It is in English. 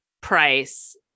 price